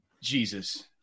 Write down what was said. Jesus